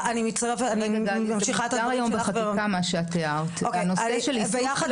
אבל אני ממשיכה את הדברים שלך --- זה מוסדר היום בחקיקה מה שאת הערת.